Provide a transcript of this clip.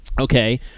okay